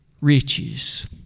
riches